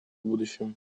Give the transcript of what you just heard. будущем